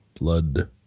Blood